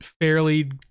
fairly